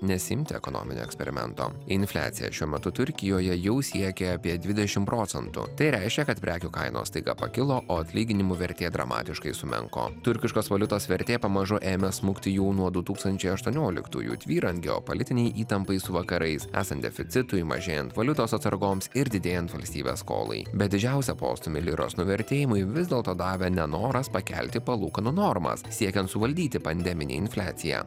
nesiimti ekonominio eksperimento infliacija šiuo metu turkijoje jau siekia apie dvidešim procemtų tai reiškia kad prekių kainos staiga pakilo o atlyginimų vertė dramatiškai sumenko turkiškos valiutos vertė pamažu ėmė smukti jau nuo du tūkstančiai aštuonioliktųjų tvyrant geopolitinei įtampai su vakarais esant deficitui mažėjant valiutos atsargoms ir didėjant valstybės skolai bet didžiausią postūmį liros nuvertėjimui vis dėlto davė nenoras pakelti palūkanų normas siekiant suvaldyti pandeminę infliaciją